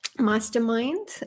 Mastermind